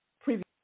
previous